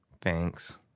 thanks